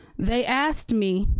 they asked me,